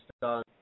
done